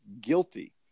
guilty